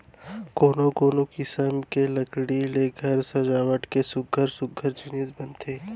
कोनो कोनो किसम के लकड़ी ले घर सजावट के सुग्घर सुग्घर जिनिस बनथे